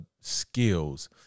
skills